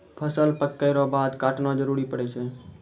फसल पक्कै रो बाद काटना जरुरी पड़ै छै